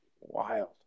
Wild